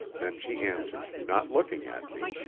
then she answered, not looking at me